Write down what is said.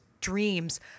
dreams